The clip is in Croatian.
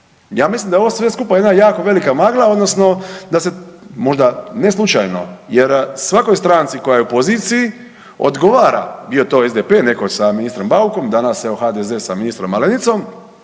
Ja mislim da je ovo sve skupa jedna jako velika magla odnosno da se možda ne slučajno jer svakoj stranci koja je u poziciji odgovara bio to SDP netko sa ministrom Baukom, danas evo HDZ sa ministrom Malenicom